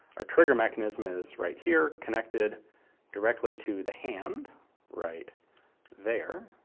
our trigger mechanism is right here, connected directly to the hand right there.